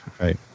Right